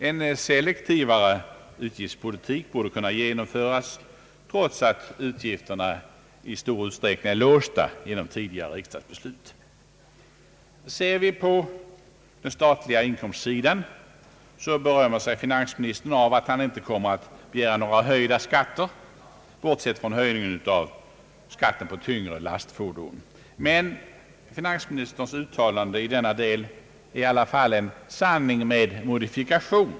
En selektivare utgiftspolitik borde kunna genomföras, trots att utgifterna i stor utsträckning är låsta genom tidigare riksdagsbeslut. Ser vi sedan på den statliga inkomstsidan, finner vi att finansministern berömmer sig av att han inte kommer att begära några höjda skatter, bortsett från höjningen av skatten på tyngre lastfordon. Men finansministerns uttalande i denna del är i alla fall en sanning med modifikation.